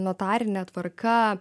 notarine tvarka